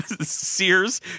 Sears